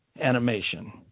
animation